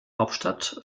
hauptstadt